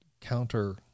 counter